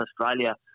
Australia